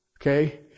okay